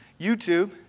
YouTube